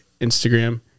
Instagram